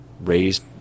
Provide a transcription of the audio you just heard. raised